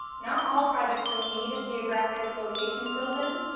not all projects will need a geographic location filled in.